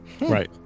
Right